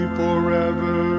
forever